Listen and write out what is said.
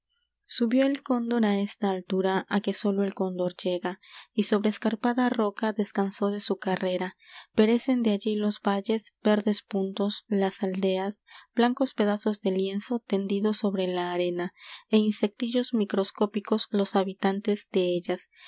subió el cóndor á esa altura á que sólo el cóndor llega y sobre escarpada roca descansó de su carrera parecen de allí los valles verdes puntos las aldeas blancos pedazos de lienzo tendidos sobre la arena é insectillos microscópicos los habitantes de ellas